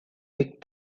big